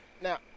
now